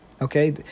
okay